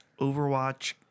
Overwatch